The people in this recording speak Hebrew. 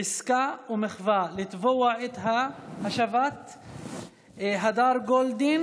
עסקה ומחווה, לתבוע את השבת הדר גולדין